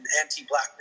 anti-black